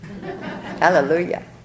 hallelujah